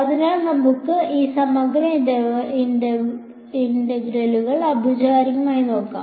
അതിനാൽ നമുക്ക് ഈ സമഗ്ര സമവാക്യങ്ങൾ ഔപചാരികമായി നോക്കാം